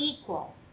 equal